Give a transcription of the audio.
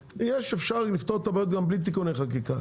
אפשר לפתור את הבעיות גם בלי תיקוני חקיקה.